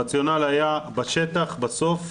הרציונל היה שבשטח, בסוף,